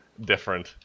different